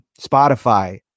Spotify